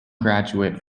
graduate